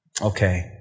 Okay